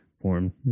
form